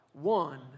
one